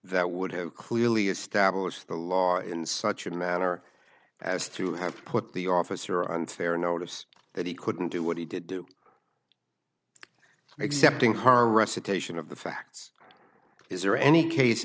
that would have clearly established the law in such a manner as through have put the officer unfair notice that he couldn't do what he did do accepting her recitation of the facts is there any case